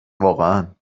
واقعا